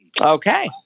Okay